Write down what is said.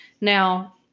Now